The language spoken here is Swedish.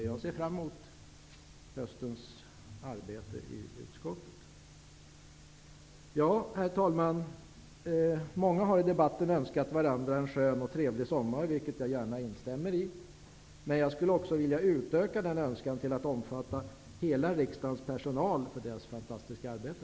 Jag ser fram emot höstens arbete i utskottet. Herr talman! Många har i debatten önskat varandra en skön och trevlig sommar, och jag instämmer gärna i de önskningarna, men jag skulle också vilja utöka den önskan till att omfatta hela riksdagens personal för dess fantastiska arbete.